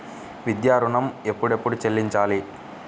విద్యా ఋణం ఎప్పుడెప్పుడు చెల్లించాలి?